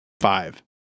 Five